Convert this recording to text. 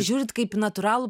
žiūrit kaip į natūralų